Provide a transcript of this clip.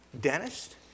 dentist